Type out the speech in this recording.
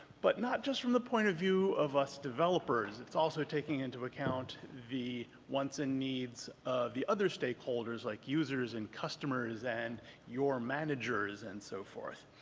but not just from the point of view of us developers. it's also taking into account the wants and needs of the other stakeholders like users and customers and your managers and so forth.